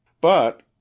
But—